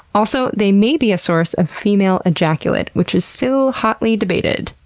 also, they may be a source of female ejaculate, which is still hotly debated,